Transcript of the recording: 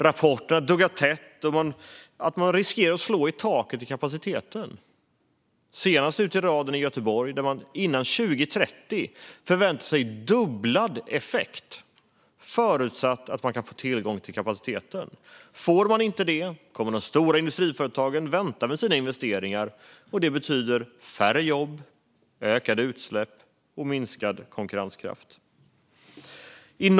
Rapporterna duggar tätt om att kapaciteten riskerar att slå i taket. Senast i raden är Göteborg, där effekten behöver fördubblas till senast 2030. Men då krävs kapacitet. Saknas den kommer de stora industriföretagen att vänta med sina investeringar, vilket betyder färre jobb, ökade utsläpp och minskad konkurrenskraft.